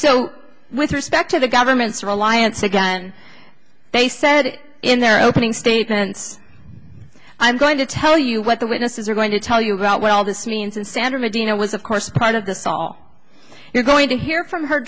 so with respect to the government's reliance again they said in their opening statements i'm going to tell you what the witnesses are going to tell you about what all this means in san bernardino was of course part of this all you're going to hear from her